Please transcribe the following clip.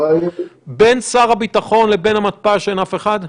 התשובה היא --- בין שר הביטחון לבין המתפ"ש אין אף אחד?